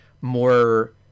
more